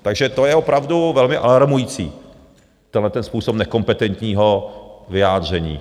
Takže to je opravdu velmi alarmující, tenhleten způsob nekompetentního vyjádření.